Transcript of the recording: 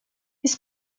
his